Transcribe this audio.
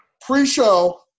Pre-show